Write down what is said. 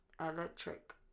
Electric